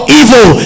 evil